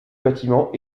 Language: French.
bâtiment